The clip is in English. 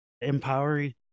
empowering